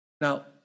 Now